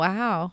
Wow